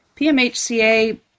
PMHCA